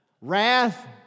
wrath